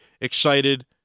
excited